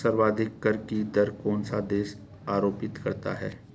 सर्वाधिक कर की दर कौन सा देश आरोपित करता है?